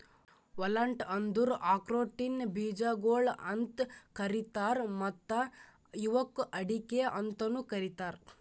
walnut ಅಂದುರ್ ಆಕ್ರೋಟಿನ ಬೀಜಗೊಳ್ ಅಂತ್ ಕರೀತಾರ್ ಮತ್ತ ಇವುಕ್ ಅಡಿಕೆ ಅಂತನು ಕರಿತಾರ್